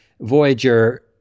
Voyager